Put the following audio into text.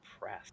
press